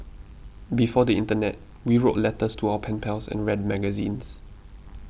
before the internet we wrote letters to our pen pals and read magazines